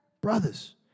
Brothers